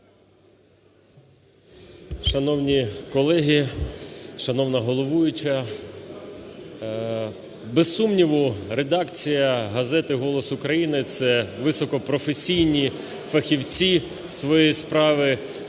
Шановні колеги, шановна головуюча, без сумніву, редакція газети "Голос України" – це високопрофесійні фахівці своєї справи,